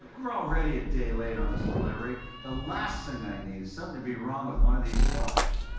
we're already a day late on this delivery. the last thing i need is something to be wrong with one of these cars.